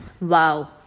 Wow